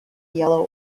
yellow